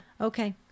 Okay